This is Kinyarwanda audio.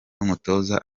n’umutoza